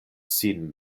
sin